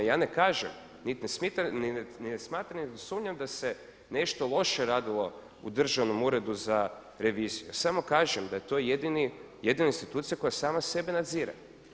Ja ne kažem, niti ne smatram, niti sumnjam da se nešto loše radilo u Državnom uredu za reviziju, ja samo kažem da je to jedina institucija koja sama sebe nadzire.